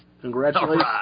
Congratulations